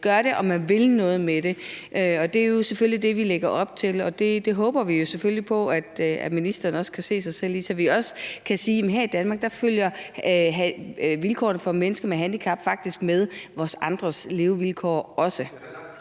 man gør det og vil noget med det, og det er jo selvfølgelig det, vi lægger op til. Det håber vi selvfølgelig på at ministeren også kan se sig selv i, så vi kan sige, at her i Danmark følger vilkårene for mennesker med handicap faktisk med vores andres levevilkår.